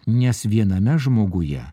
nes viename žmoguje